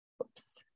Oops